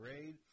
grade